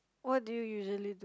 what do you usually do